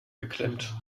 geklemmt